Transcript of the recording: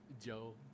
Joe